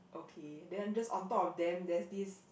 okay then just on top of them there's this